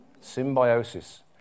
Symbiosis